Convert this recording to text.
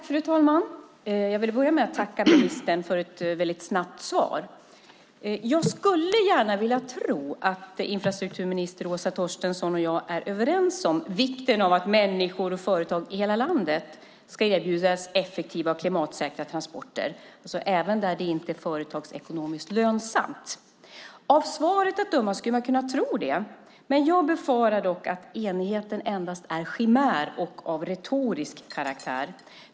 Fru talman! Jag vill börja med att tacka ministern för ett snabbt svar. Jag skulle gärna vilja tro att infrastrukturminister Åsa Torstensson och jag är överens om vikten av att människor och företag i hela landet ska erbjudas effektiva och klimatsäkra transporter, alltså även där det inte är företagsekonomiskt lönsamt. Av svaret att döma skulle man kunna tro det, men jag befarar att enigheten endast är en chimär och av retorisk karaktär.